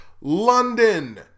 London